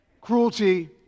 cruelty